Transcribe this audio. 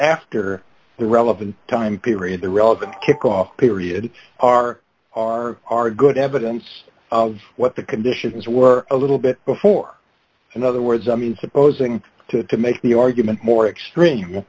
after the relevant time period the relevant kick off period are are are good evidence of what the conditions were a little bit before in other words i mean supposing to make the argument more extreme